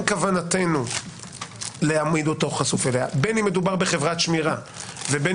כוונתנו להעמיד אותו חשוף אליה בין מדובר בחברת שמירה ובין